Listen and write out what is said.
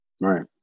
Right